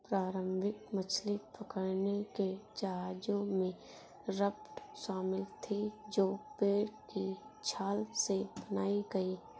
प्रारंभिक मछली पकड़ने के जहाजों में राफ्ट शामिल थीं जो पेड़ की छाल से बनाई गई